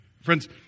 Friends